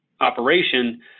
operation